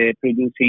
producing